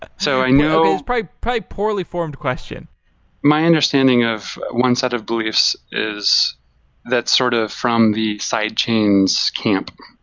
ah so and you know it's probably a poorly formed question my understanding of one set of beliefs is that sort of from the sidechain's camp,